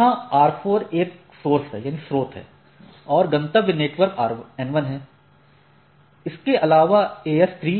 यहां R4 एक स्रोत है और गंतव्य नेटवर्क N1 है इसके आलावा AS3